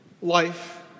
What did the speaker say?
life